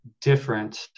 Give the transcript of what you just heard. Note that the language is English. different